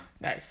nice